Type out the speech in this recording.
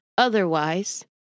Otherwise